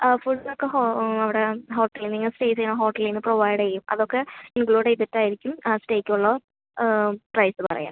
ആ ഫുഡ്ഡ് ഒക്കെ ഹോ അവിടെ ഹോട്ടൽ നിങ്ങൾ സ്റ്റേ ചെയ്യുന്ന ഹോട്ടലിൽനിന്ന് പ്രൊവൈഡ് ചെയ്യും അതൊക്കെ ഇൻക്ലൂഡ് ചെയ്തിട്ട് ആയിരിക്കും ആ സ്റ്റേയ്ക്ക് ഉള്ള പ്രൈസ് പറയുക